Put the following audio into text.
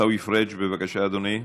עיסאווי פריג', בבקשה, אדוני,